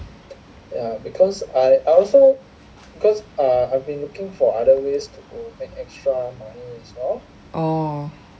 oh